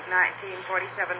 1947